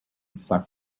suck